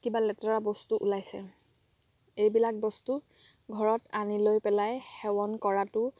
কিবা লেতেৰা বস্তু ওলাইছে এইবিলাক বস্তু ঘৰত আনি লৈ পেলাই সেৱন কৰাটো